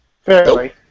Fairly